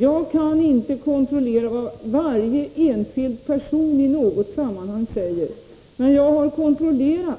Jag kan inte kontrollera vad varje enskild person i något sammanhang säger, men jag har kontrollerat